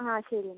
ആ ശരി എന്നാൽ